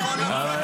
עם כל הפקקים,